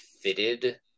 fitted